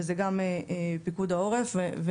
וזה גם פיקוד העורף.